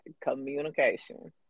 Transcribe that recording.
Communication